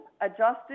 adjusted